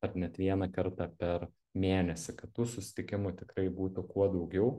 ar net vieną kartą per mėnesį kad tų susitikimų tikrai būtų kuo daugiau